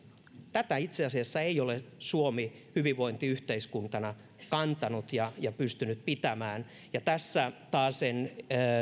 tätä itse asiassa ei ole suomi hyvinvointiyhteiskuntana kantanut ja ja pystynyt pitämään ja tässä taasen